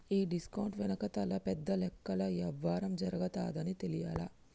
ఈ డిస్కౌంట్ వెనకాతల పెద్ద లెక్కల యవ్వారం జరగతాదని తెలియలా